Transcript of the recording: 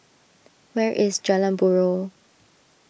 where is Jalan Buroh